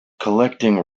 collecting